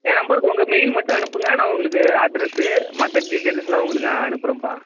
என் நம்பருக்கு உங்கள் மெயில் மட்டும் அனுப்புங்க நான் உங்களுக்கு அட்ரெஸ்ஸு மற்ற டீடெயிலுஸெலாம் உங்களுக்கு நான் அனுப்புகிறேன்பா